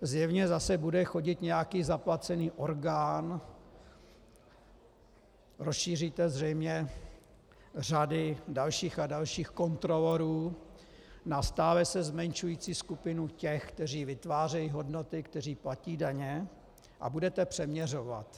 Zjevně zase bude chodit nějaký zaplacený orgán, rozšíříte zřejmě řady dalších a dalších kontrolorů na stále se zmenšující skupinu těch, kteří vytvářejí hodnoty, kteří platí daně, a budete přeměřovat.